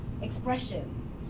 expressions